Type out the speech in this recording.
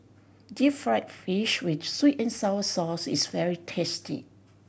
deep fried fish with sweet and sour sauce is very tasty